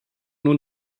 nun